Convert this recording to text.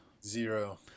Zero